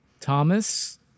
Thomas